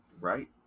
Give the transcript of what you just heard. Right